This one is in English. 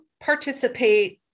participate